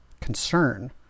concern